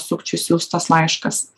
sukčių siųstas laiškas